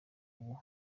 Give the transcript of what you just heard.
ubu